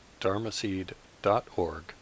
dharmaseed.org